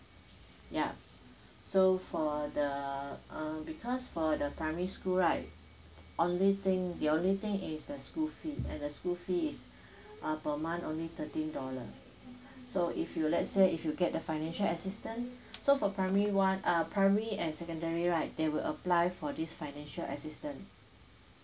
yup so for the uh because for the primary school right only thing the only thing is the school fee and the school fee is uh per month only thirteen dollar so if you let's say if you get the financial assistance so for primary one uh primary and secondary right they will apply for this financial assistance